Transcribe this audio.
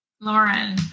Lauren